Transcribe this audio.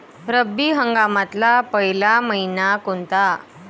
रब्बी हंगामातला पयला मइना कोनता?